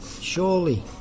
surely